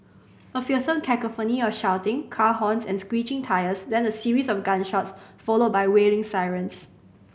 a fearsome cacophony of shouting car horns and screeching tyres then a series of gunshots followed by wailing sirens